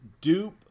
Dupe